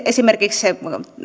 esimerkiksi